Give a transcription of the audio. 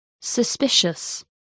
Suspicious